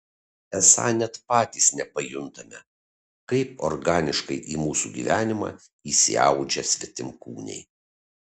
esą net patys nepajuntame kaip organiškai į mūsų gyvenimą įsiaudžia svetimkūniai